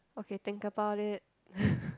okay think about it